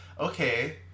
Okay